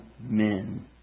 men